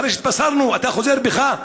אחרי שהתבשרנו אתה חוזר בך?